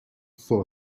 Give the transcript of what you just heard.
for